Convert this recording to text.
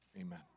Amen